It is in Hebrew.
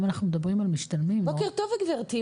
אם אנחנו מדברים על משתלמים -- בוקר טוב לך גברתי,